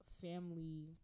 family